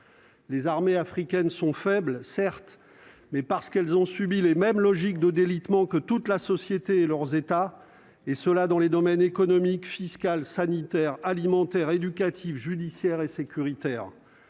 Les armées africaines sont faibles, certes, mais parce qu'elles ont subi les mêmes logiques de délitement que toute la société et leurs états et cela dans les domaines économiques, fiscales, sanitaires alimentaires éducatives judiciaires et sécuritaires,